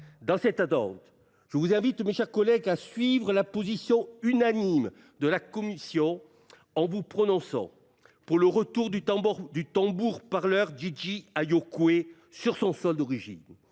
Dans cette attente, je vous invite, mes chers collègues, à suivre la position unanime de la Commission en vous prononçant pour le retour du tambour-parleur Gigi Ayokoué sur son sol d'origine.